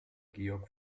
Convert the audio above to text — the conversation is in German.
georg